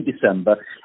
December